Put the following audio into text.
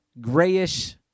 grayish